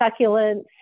succulents